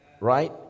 right